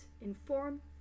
inform